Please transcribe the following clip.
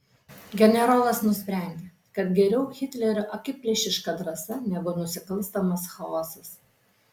generolas nusprendė kad geriau hitlerio akiplėšiška drąsa negu nusikalstamas chaosas